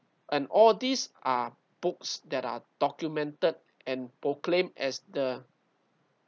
and all these are books that are documented and proclaim as the